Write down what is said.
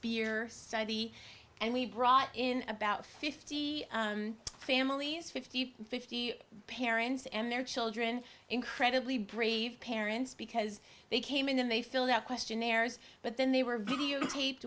spear and we brought in about fifty families fifty fifty parents and their children incredibly brave parents because they came in they filled out questionnaires but then they were videotaped